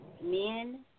men